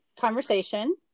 conversation